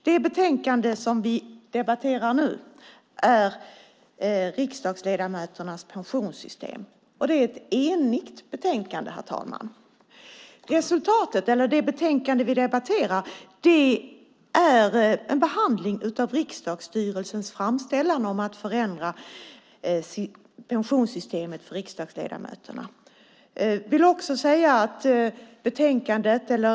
Det betänkande vi nu debatterar är en behandling av riksdagsstyrelsens framställan om att få ändra pensionssystemet för riksdagsledamöterna, och det är ett enigt betänkande, herr talman.